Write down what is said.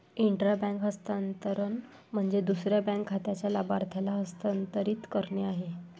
intra bank हस्तांतरण म्हणजे दुसऱ्या बँक खात्याच्या लाभार्थ्याला हस्तांतरित करणे आहे